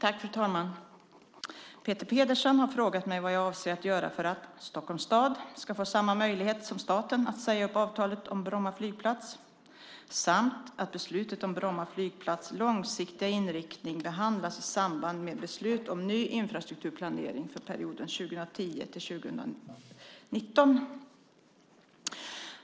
Fru talman! Peter Pedersen har frågat mig vad jag avser att göra för att Stockholms stad ska få samma möjlighet som staten att säga upp avtalet om Bromma flygplats samt att beslutet om Bromma flygplats långsiktiga inriktning behandlas i samband med beslut om ny infrastrukturplanering för perioden 2010-2019.